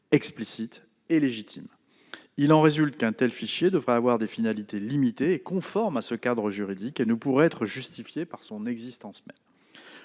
explicites et légitimes. Il en résulte qu'un tel fichier devrait avoir des finalités limitées et conformes à ce cadre juridique et ne pourrait être justifié par son existence même.